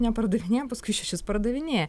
nepardavinėja paskui šešis pardavinėja